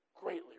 greatly